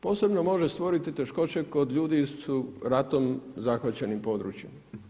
Posebno može stvoriti teškoće kod ljudi sa ratom zahvaćenim područjem.